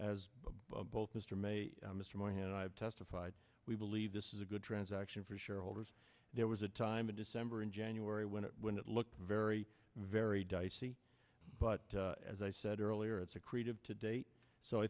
as both mr may mr martin and i have testified we believe this is a good transaction for shareholders there was a time in december in january when it when it looked very very dicey but as i said earlier it's a creative to date so i